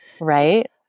Right